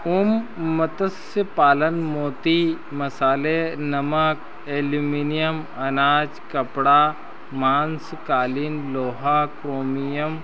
उम्म मत्स्य पालन मोती मसाले नमक एल्युमीनियम अनाज कपड़ा मांस कालीन लोहा क्रोमियम